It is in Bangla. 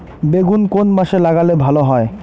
বেগুন কোন মাসে লাগালে ভালো হয়?